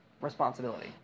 responsibility